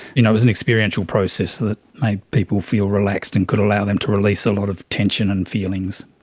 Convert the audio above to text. you know it was an experiential process that made people feel relaxed and could allow them to release a lot of tension and feelings.